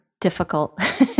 difficult